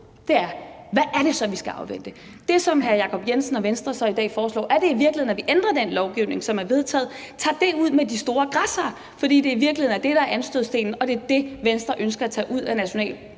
på, er: Hvad er det så, vi skal afvente? Det, som hr. Jacob Jensen og Venstre så i dag foreslår, er det i virkeligheden, at vi ændrer den lovgivning, som er vedtaget, altså tager det ud med de store græssere, fordi det i virkeligheden er det, der er anstødsstenen, og det er det, Venstre ønsker at tage ud af